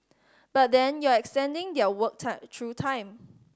but then you're extending their work time through time